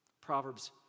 Proverbs